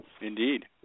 Indeed